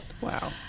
Wow